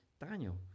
Daniel